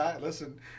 listen